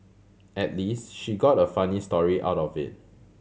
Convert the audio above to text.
at least she got a funny story out of it